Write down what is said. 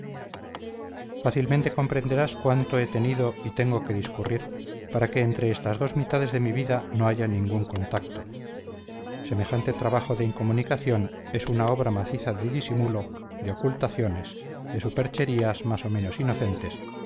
fácilmente comprenderás cuánto he tenido y tengo que discurrir para que entre estas dos mitades de mi vida no haya ningún contacto semejante trabajo de incomunicación es una obra maciza de disimulo de ocultaciones de supercherías más o menos inocentes